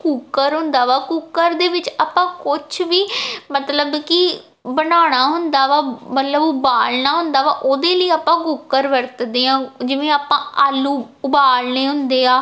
cooker ਹੁੰਦਾ ਵਾ cooker ਦੇ ਵਿੱਚ ਆਪਾਂ ਕੁਛ ਵੀ ਮਤਲਬ ਕਿ ਬਣਾਉਣਾ ਹੁੰਦਾ ਵਾ ਮਤਲਬ ਉਬਾਲਣਾ ਹੁੰਦਾ ਵਾ ਉਹਦੇ ਲਈ ਆਪਾਂ ਕੁੱਕਰ ਵਰਤਦੇ ਹਾਂ ਜਿਵੇਂ ਆਪਾਂ ਆਲੂ ਉਬਾਲਣੇ ਹੁੰਦੇ ਆ